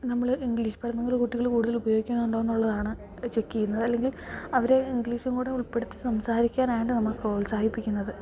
നമ്മൾ ഇങ്ക്ലീഷ് പദങ്ങൾ കുട്ടികൾ കൂടുതൽ ഉപയോഗിക്കുന്നുണ്ട് എന്നുള്ളതാണ് ചെക്ക് ചെയ്യുന്നത് അല്ലെങ്കിൽ അവരെ ഇങ്ക്ലീഷുങ്കൂടുൾപ്പെട്ത്തി സംസാരിക്കാനാണ് നമ്മൾ പ്രോത്സാഹിപ്പിക്കുന്നത്